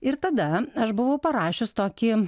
ir tada aš buvau parašius tokį